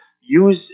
use